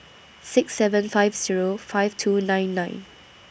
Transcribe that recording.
six seven five Zero five two nine nine